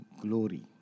glory